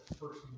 First